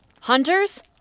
Hunters